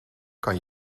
kan